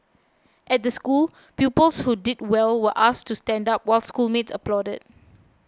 at the school pupils who did well were asked to stand up while schoolmates applauded